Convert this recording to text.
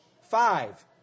Five